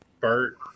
Bert